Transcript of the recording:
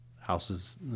houses